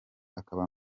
akaba